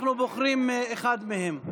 אנחנו בוחרים אחד מהם.